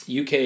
UK